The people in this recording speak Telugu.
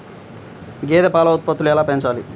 గేదె పాల ఉత్పత్తులు ఎలా పెంచాలి?